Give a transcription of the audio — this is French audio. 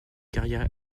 carrière